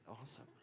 Awesome